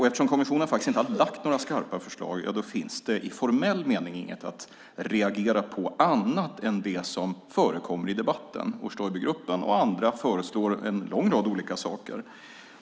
Eftersom kommissionen inte har lagt fram några skarpa förslag finns det i formell mening inget att reagera på annat än det som förekommer i debatten, och Stoibergruppen och andra föreslår en lång rad olika saker.